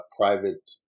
private